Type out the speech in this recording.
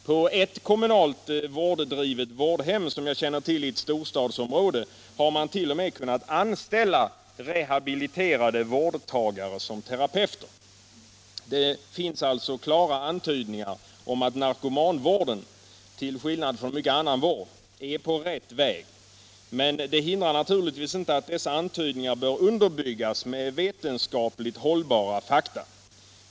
På ett kommunalt drivet vårdhem i ett storstadsområde har man t.o.m. kunnat anställa rehabiliterade vårdtagare som terapeuter. Det finns alltså klara antydningar om att narkomanvården — till skillnad från mycken annan vård — är på rätt väg. Men det hindrar naturligtvis inte att dessa antydningar bör underbyggas med vetenskapligt hållbara fakta.